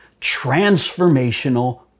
transformational